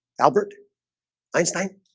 albert einstein